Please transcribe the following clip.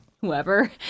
whoever